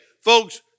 folks